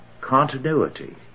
continuity